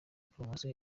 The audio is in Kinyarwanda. poromosiyo